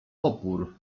opór